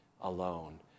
alone